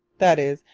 that is,